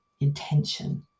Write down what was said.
intention